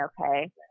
okay